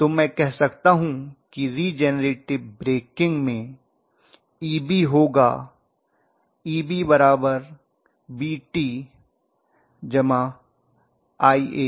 तो मैं कह सकता हूं रिजेनरेटिव ब्रेकिंग में Eb होगा Eb Vt IaRa